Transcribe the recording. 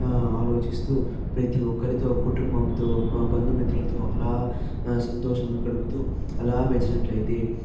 ఆలోచిస్తూ ప్రతి ఒక్కరితో కుటుంబంతో బంధుమిత్రులతో అలా సంతోషంగా గడుపుతూ అలా వెళ్ళినట్లయితే